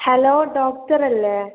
hello doctor അല്ലേ